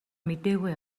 мэдээгүй